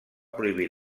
prohibir